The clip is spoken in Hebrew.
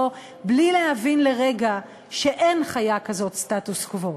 בלי להבין לרגע שאין חיה כזו סטטוס קוו.